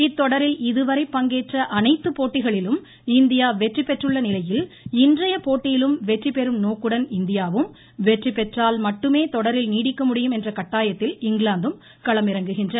இத்தொடரில் இதுவரை பங்கேற்ற அனைத்து போட்டிகளிலும் இந்தியா வெற்றிபெற்றுள்ளநிலையில் இன்றைய போட்டியிலும் வெற்றிபெறும் நோக்குடன் இந்தியாவும் வெற்றிபெற்றால் மட்டுமே தொடரில் நீடிக்க முடியும் என்ற கட்டாயத்தில் இங்கிலாந்தும் களம் இறங்குகின்றன